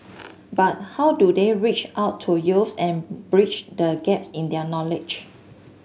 but how do they reach out to youths and bridge the gaps in their knowledge